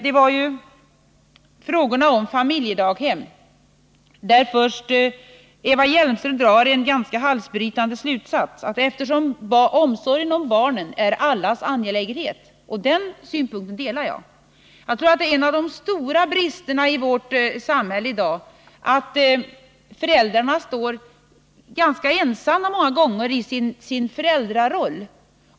Det gällde frågorna om familjedaghem, där först Eva Hjelmström drog en ganska halsbrytande slutsats beträffande synpunkten att barnen är allas angelägenhet. Den synpunkten delar jag. Jag tror att det är en av de stora bristerna i vårt samhälle i dag att föräldrarna står ganska ensamma många gånger i sin föräldraroll.